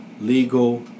legal